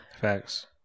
Facts